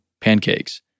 pancakes